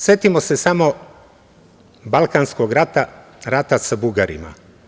Setimo se samo Balkanskog rata, rata sa Bugarima.